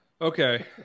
okay